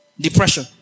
Depression